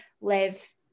live